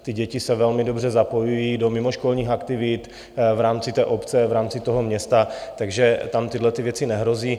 Ty děti se velmi dobře zapojují do mimoškolních aktivit v rámci obce, v rámci města, takže tam tyhlety věci nehrozí.